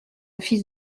fils